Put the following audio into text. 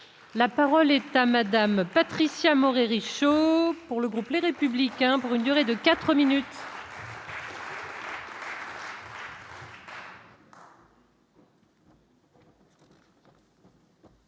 La parole est à madame Patricia Mohr Richaud pour le groupe, les républicains pour une durée de 4 minutes.